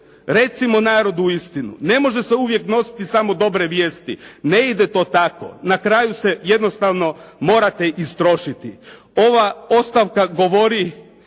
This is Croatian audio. Recimo narodu istinu. Ne može se uvijek nositi samo dobre vijesti. Ne ide to tako. Na kraju se jednostavno morate istrošiti. Ova ostavka govori